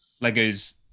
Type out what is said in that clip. Lego's